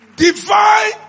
Divine